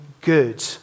good